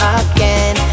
again